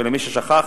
ולמי ששכח,